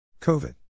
Covid